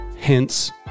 hence